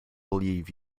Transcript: believe